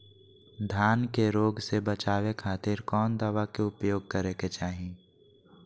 धान के रोग से बचावे खातिर कौन दवा के उपयोग करें कि चाहे?